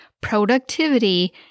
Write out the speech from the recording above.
productivity